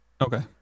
Okay